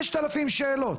5,000 שאלות.